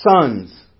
sons